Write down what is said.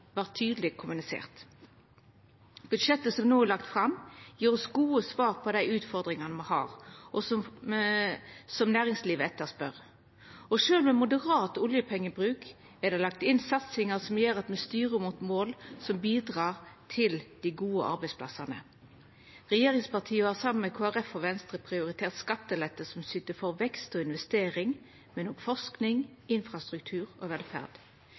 var ei av sakene som gjekk att. Men òg uro kring manglande infrastruktur, som gjer at næringslivet vårt får dei same gode konkurransevilkåra, vart tydeleg kommunisert. Budsjettet som no er lagt fram, gjev oss gode svar på dei utfordringane me har, og som næringslivet etterspør. Sjølv med moderat oljepengebruk er det lagt inn satsingar som gjer at me styrer mot mål som bidreg til dei gode arbeidsplassane. Regjeringspartia har saman med Kristeleg Folkeparti og Venstre prioritert